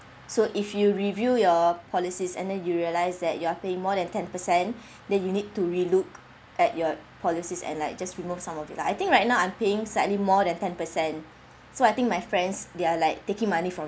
so if you reveal your policies and then you realised that you are paying more than ten percent then you need to relook at your policies and like just remove some of it lah I think right now I'm paying slightly more than ten percent so I think my friends they're like taking money from